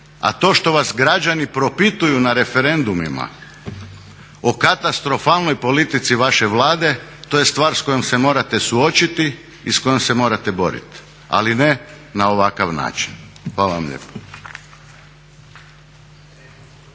A to što vas građani propituju na referendumima o katastrofalnoj politici vaše Vlade to je stvar s kojom se morate suočiti i s kojom se morate boriti, ali ne na ovakav način. Hvala vam lijepo.